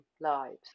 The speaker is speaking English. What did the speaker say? lives